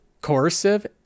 coercive